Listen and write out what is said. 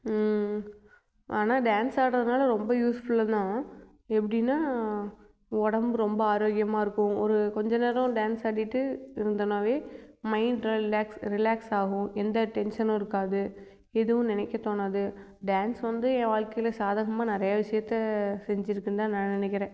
ஆனால் டான்ஸ் ஆடுறதுனால ரொம்ப யூஸ்ஃபுல்லு தான் எப்படின்னா உடம்பு ரொம்ப ஆரோக்கியமாக இருக்கும் ஒரு கொஞ்ச நேரம் டான்ஸ் ஆடிட்டு இருந்தோன்னாவே மைண்ட் ரிலேக்ஸ் ரிலேக்ஸ் ஆகும் எந்த டென்ஷனும் இருக்காது எதுவும் நினைக்க தோணாது டான்ஸ் வந்து என் வாழ்க்கையில் சாதகமாக நிறையா விஷயத்த செஞ்சிருக்குனுந்தான் நான் நினைக்கிறேன்